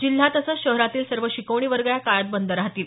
जिल्हा तसंच शहरातील सर्व शिकवणी वर्ग या काळात बंद राहतील